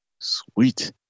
Sweet